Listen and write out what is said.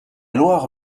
loire